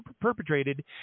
perpetrated